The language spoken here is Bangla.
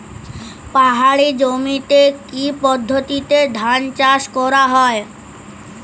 পাহাড়ী জমিতে কি পদ্ধতিতে ধান চাষ করা যায়?